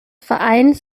vereins